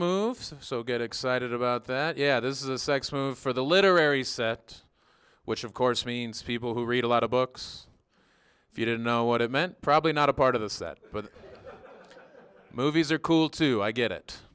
moves so get excited about that yeah this is a sex move for the literary set which of course means people who read a lot of books if you didn't know what it meant probably not a part of the set but movies are cool too i get it